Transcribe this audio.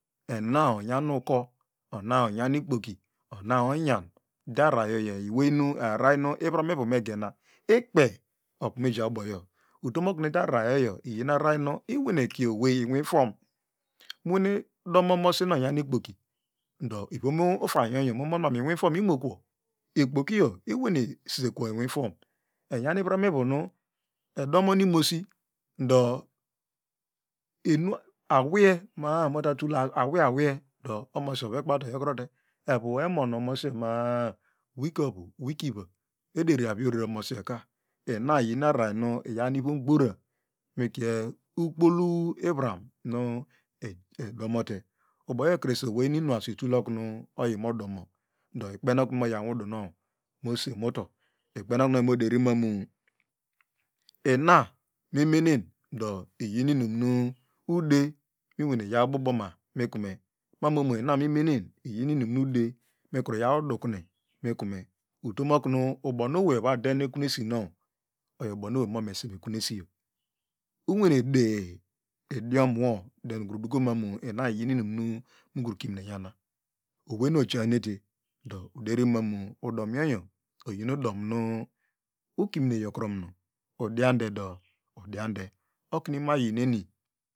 Ena onyanu uko ona onyan ikpoki ona onyan ude ararayoyo ewenu arararnu ivraneru megena ikpe okumu mejanboyo utomoknu ude araranyo iyinu ararar nu inwonekiewei inwifwon manwane domo omosi nu onyanu ikpoki ndo ivon ufango unon man inirifwon inokuwo ikpokiyo unwane sisekuwo inwifwon enyan ivraniwunu edomon nnosi ndo awiye ma- a awiye awiye do omosi ovekubawte oyokurote evu emon omosioma a wikiovu wikiva ederiaviorereomosiyoka ina iyin inyan ararar nu ivomgbora mikie ukpohi ivromnu edomote boyokrese owenu inuasu itule okune modomu do ikpenokemu oyi moyaw inundunow mosiemuto ikpenokunu oyi moderimanu ina mimenen ndo iyinuinumnu ude minwame yaw ububoma mikme momo ina mumenen iyinu ikuru yaw dukune mikune utomoknu ubonu ovaden ekunesinow oyobonu owey omese mekunesi unwane di idiomwo then udokomanu ina iyi inum mukimine nyana oneynojahnete do derimanu udomiyo oyin udomu ukimine yokuromumo udiando de udiande oknu imuayineni